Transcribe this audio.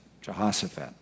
Jehoshaphat